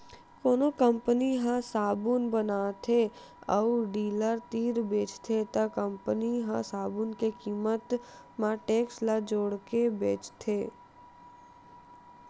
कोनो कंपनी ह साबून बताथे अउ डीलर तीर बेचथे त कंपनी ह साबून के कीमत म टेक्स ल जोड़के बेचथे